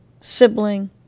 sibling